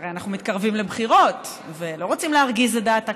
הרי אנחנו מתקרבים לבחירות ולא רוצים להרגיז את דעת הקהל,